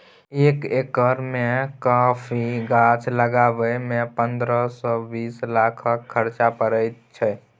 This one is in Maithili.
एक एकर मे कॉफी गाछ लगाबय मे पंद्रह सँ बीस लाखक खरचा परय छै